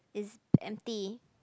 is empty